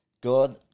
God